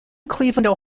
cleveland